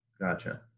Gotcha